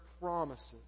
promises